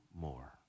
more